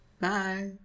Bye